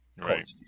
Right